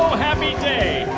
happy